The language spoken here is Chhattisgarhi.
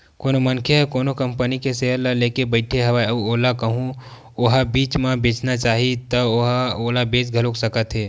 कोनो मनखे ह कोनो कंपनी के सेयर ल लेके बइठे हवय अउ ओला कहूँ ओहा बीच म बेचना चाहत हे ता ओला बेच घलो सकत हे